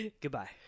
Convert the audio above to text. Goodbye